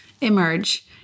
emerge